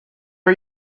are